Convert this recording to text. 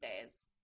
days